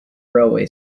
railway